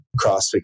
CrossFit